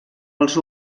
els